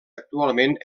actualment